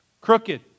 Crooked